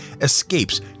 escapes